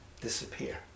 disappear